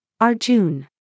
Arjun